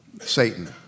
Satan